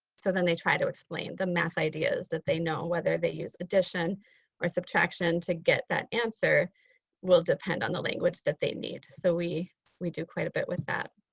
so then they try to explain the math ideas that they know. whether they used addition or subtraction to get that answer will depend on the language that they need. so we we do quite a bit with that.